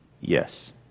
yes